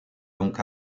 donc